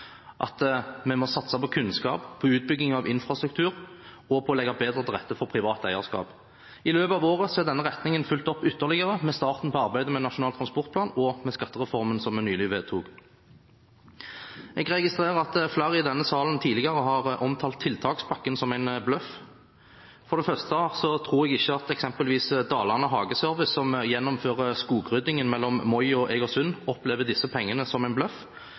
at vi må satse på kunnskap, utbygging av infrastruktur og å legge bedre til rette for privat eierskap. I løpet av året er denne retningen fulgt opp ytterligere med starten på arbeidet med Nasjonal transportplan og med skattereformen som vi nylig vedtok. Jeg registrerer at flere i denne salen tidligere har omtalt tiltakspakken som en bløff. For det første tror jeg ikke at eksempelvis Dalane Hageservice, som gjennomfører skogryddingen mellom Moi og Egersund, opplever disse pengene som en bløff,